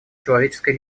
человеческой